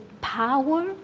power